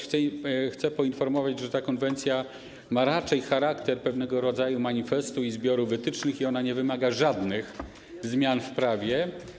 Chcę poinformować, że ta konwencja ma raczej charakter pewnego rodzaju manifestu, zbioru wytycznych i ona nie wymaga żadnych zmian w prawie.